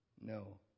no